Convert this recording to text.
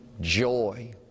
joy